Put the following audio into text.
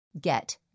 get